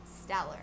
stellar